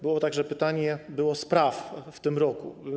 Było także pytanie, ile było spraw w tym roku.